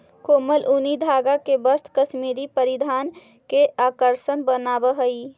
कोमल ऊनी धागा के वस्त्र कश्मीरी परिधान के आकर्षक बनावऽ हइ